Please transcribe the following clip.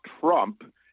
Trump